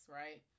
right